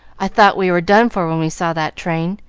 i thought we were done for when we saw that train.